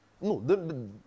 No